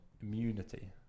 immunity